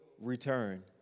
return